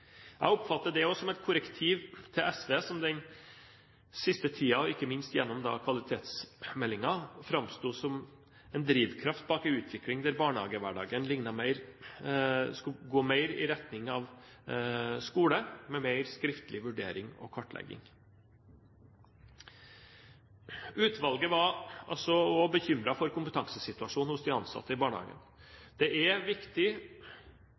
Jeg oppfatter det også som et korrektiv til SV, som den siste tiden, ikke minst gjennom kvalitetsmeldingen, har framstått som en drivkraft bak en utvikling der barnehagehverdagen skulle gå mer i retning av skole, med mer skriftlig vurdering og kartlegging. Utvalget var også bekymret for kompetansesituasjonen hos de ansatte i barnehagene. Det er viktig